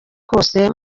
kose